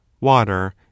water